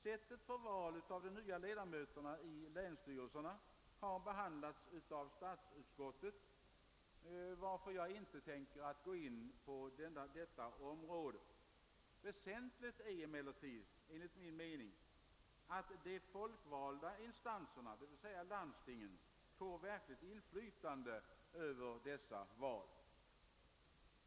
Sättet för val av de nya ledamöterna i länsstyrelserna har behandlats av statsutskottet, varför jag inte tänker gå in på detta område. Väsentligt är emellertid enligt min mening att de foikvalda instanserna, d.v.s. landstingen, får verkligt inflytande över dessa val.